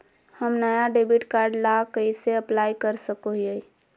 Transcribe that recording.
हम नया debit card ला कइसे अप्लाई कर सको हियै?